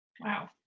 Wow